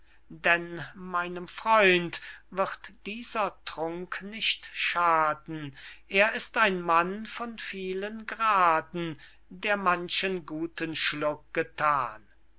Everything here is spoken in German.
denn meinem freund wird dieser trunk nicht schaden er ist ein mann von vielen graden der manchen guten schluck gethan